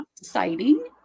Exciting